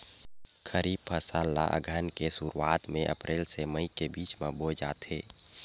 खरीफ फसल ला अघ्घन के शुरुआत में, अप्रेल से मई के बिच में बोए जाथे